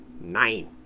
Nine